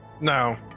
No